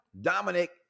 dominic